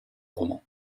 roman